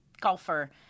Golfer